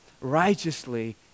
righteously